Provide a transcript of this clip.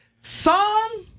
Song